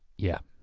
yeah.